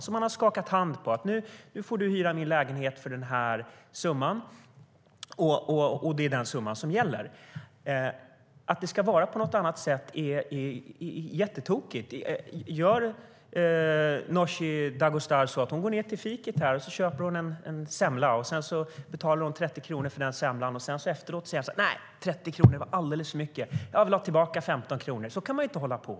Om man hade skakat hand på att få hyra en lägenhet för en summa skulle den summan gälla. Att det ska vara på något annat sätt är jättetokigt. Nooshi Dadgostar kan inte gå ned till fiket här och köpa en semla som hon betalar 30 kronor för och efteråt säga: Nej, 30 kronor var alldeles för mycket. Jag vill ha tillbaka 15 kronor. Så kan man inte hålla på.